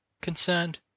concerned